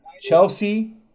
Chelsea